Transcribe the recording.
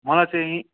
मलाई चाहिँ